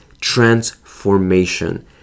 transformation